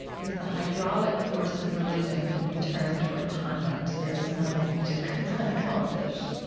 if the hydraulic force of religion could be turned toward conduct, there is nothing which it cannot accomplish.